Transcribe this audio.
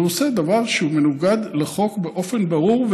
אז הוא עושה דבר שהוא מנוגד לחוק באופן ברור,